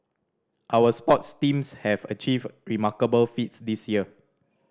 our sports teams have achieved remarkable feats this year